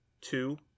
Two